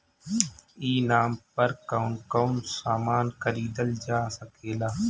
ई नाम पर कौन कौन समान खरीदल जा सकेला?